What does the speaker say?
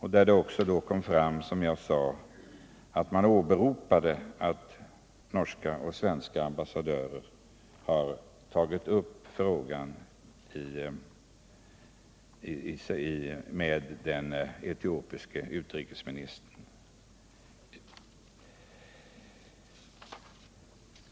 I den debatten åberopades också, som jag sade tidigare, att den norska och den svenska ambassadören har tagit upp frågan med den etiopiske utrikesministern.